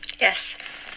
Yes